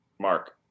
Mark